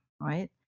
right